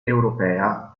europea